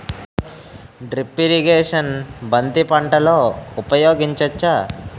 Drip irrigation బంతి పంటలో ఊపయోగించచ్చ?